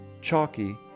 Chalky